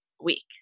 week